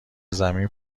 زمین